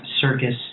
circus